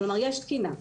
יש תקינה.